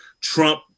Trump